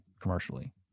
commercially